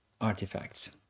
artifacts